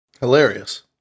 Hilarious